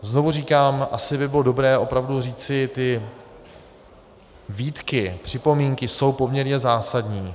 Znovu říkám, asi by bylo dobré opravdu říci, ty výtky, připomínky jsou poměrně zásadní.